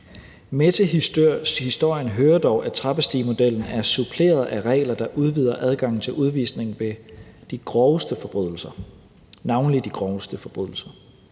Med til historien hører dog, at trappestigemodellen er suppleret af regler, der udvider adgangen til udvisning ved navnlig de groveste forbrydelser. Det gælder bl.a. forbrydelser